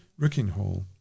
Rickinghall